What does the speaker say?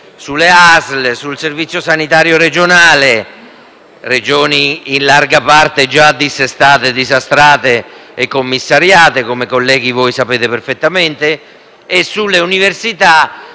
sulle ASL, sul Servizio sanitario regionale - con le Regioni in larga parte già dissestate, disastrate e commissariate, come voi, colleghi, sapete perfettamente - e sulle università,